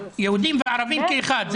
יהודים וערבים כאחד.